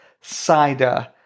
cider